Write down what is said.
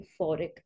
euphoric